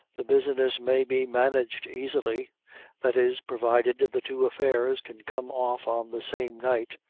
the business may be managed aisily that is, provided the two affairs can come off on the same night.